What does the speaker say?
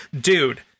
dude